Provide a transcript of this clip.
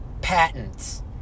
patents